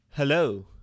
Hello